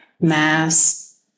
mass